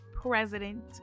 President